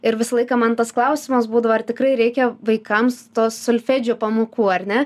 ir visą laiką man tas klausimas būdavo ar tikrai reikia vaikams to solfedžio pamokų ar ne